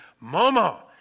Mama